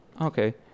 Okay